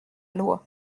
loi